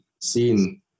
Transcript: seen